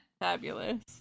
fabulous